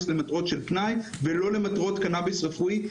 למטרות של פנאי ולא למטרות של קנביס רפואי.